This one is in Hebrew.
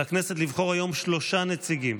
על הכנסת לבחור היום שלושה נציגים,